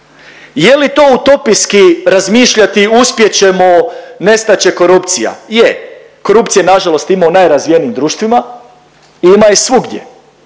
Je li to utopijski razmišljati uspjet ćemo, nestat će korupcija? Je, korupcije nažalost ima u najrazvijenijim društvima i ima je svugdje,